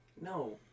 No